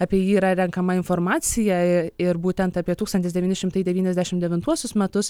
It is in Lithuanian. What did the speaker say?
apie jį yra renkama informacija ir būtent apie tūkstantis devyni šimtai devyniasdešimt devintuosius metus